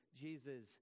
Jesus